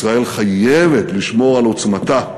ישראל חייבת לשמור על עוצמתה,